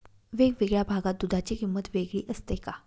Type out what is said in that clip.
वेगवेगळ्या भागात दूधाची किंमत वेगळी असते का?